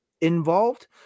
involved